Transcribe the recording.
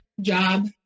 job